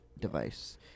device